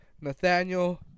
Nathaniel